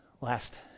last